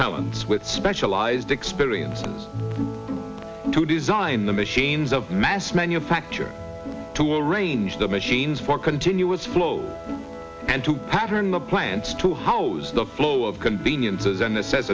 talents with specialized experience to design the machines of mass manufacture to arrange the machines for continuous flow and to pattern the plants to hose the flow of conveniences and the s